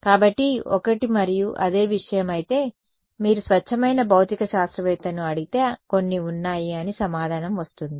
కాబట్టి ఒకటి మరియు అదే విషయం అయితే మీరు స్వచ్ఛమైన భౌతిక శాస్త్రవేత్తను అడిగితే కొన్ని ఉన్నాయి అని సమాధానం వస్తుంది